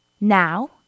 now